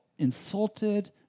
Insulted